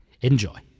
Enjoy